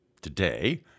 Today